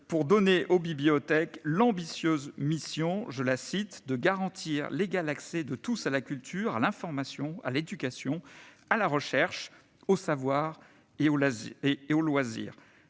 pour donner aux bibliothèques l'ambitieuse mission « de garantir l'égal accès de tous à la culture, à l'information, à l'éducation, à la recherche, aux savoirs et aux loisirs